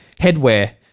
headwear